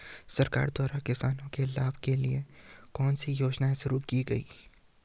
सरकार द्वारा किसानों के लाभ के लिए कौन सी योजनाएँ शुरू की गईं?